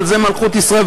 אבל זו מלכות ישראל.